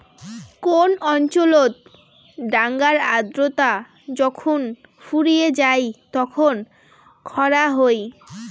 কোন অঞ্চলত ডাঙার আর্দ্রতা যখুন ফুরিয়ে যাই তখন খরা হই